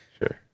Sure